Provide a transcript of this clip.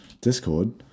Discord